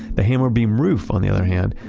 the hammer-beam roof on the other hand,